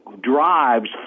drives